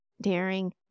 daring